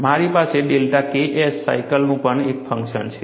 મારી પાસે delta Ks સાયકલનું પણ એક ફંક્શન છે